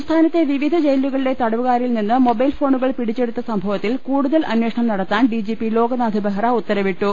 സംസ്ഥാനത്തെ പ്രിവിധ ജയിലുകളിലെ തടവുകാരിൽ നിന്ന് മൊബൈൽ ഫോണൂകൾ പിടിച്ചെടുത്ത സംഭവത്തിൽ കൂടുതൽ അന്വേഷണം നടത്താൻ ഡിജിപി ലോക്നാഥ് ബെഹ്റ ഉത്തരവിട്ടു